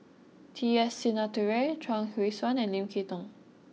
T S Sinnathuray Chuang Hui Tsuan and Lim Kay Tong